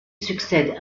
succède